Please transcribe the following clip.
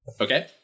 Okay